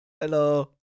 Hello